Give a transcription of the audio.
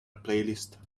playlist